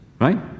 right